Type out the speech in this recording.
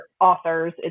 authors